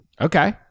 Okay